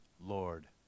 Lord